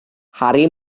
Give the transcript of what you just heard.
harri